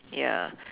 ya